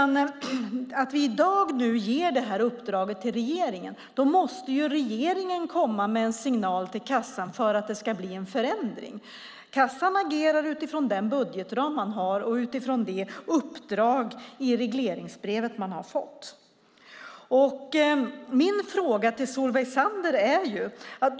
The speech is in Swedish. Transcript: När vi i dag ger detta uppdrag till regeringen måste regeringen komma med en signal till kassan för att det ska bli en förändring. Kassan agerar utifrån den budgetram den har och utifrån det uppdrag den har fått i regleringsbrevet.